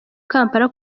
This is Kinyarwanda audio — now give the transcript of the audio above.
kampala